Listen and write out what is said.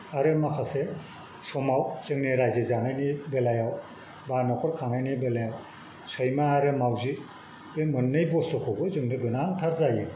आरो माखासे समाव जोंनि रायजो जानायनि बेलायाव बा न'खर खांनायनि बेलायाव सैमा आरो मावजि बे मोननै बस्तुखौबो जोंनो गोनांथार जायो